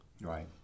Right